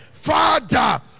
Father